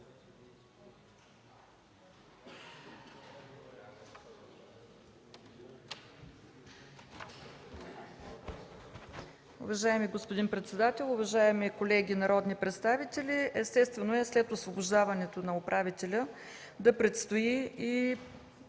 Уважаеми господин председател, уважаеми колеги народни представители! Естествено е след освобождаването на управителя да предстои и